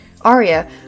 Arya